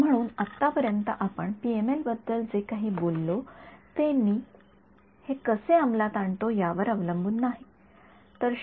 म्हणून आतापर्यंत आपण पीएमएल बद्दल जे काही बोललो ते मी हे कसे अंमलात आणतो यावर अवलंबून नाही